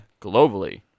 globally